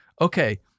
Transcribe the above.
okay